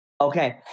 Okay